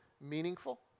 meaningful